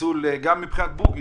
וניצול גם מבחינת בוגי.